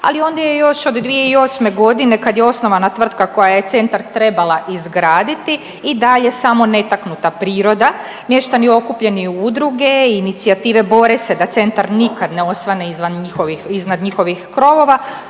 ali ondje je još od 2008. godine kad je osnovana tvrtka koja je centar trebala izgraditi i dalje samo netaknuta priroda. Mještani okupljeni u udruge i inicijative bore se da centar nikad ne osvane iznad njihovih krovova